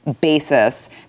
basis